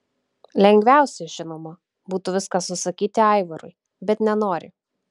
lengviausia žinoma būtų viską susakyti aivarui bet nenori